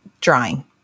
drawing